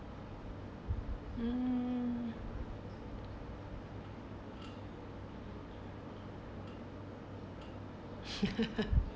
mm